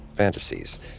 fantasies